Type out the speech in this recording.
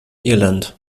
irland